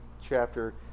chapter